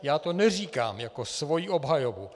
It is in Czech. Já to neříkám jako svoji obhajobu.